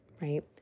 right